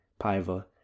Paiva